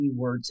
keywords